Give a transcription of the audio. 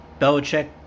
Belichick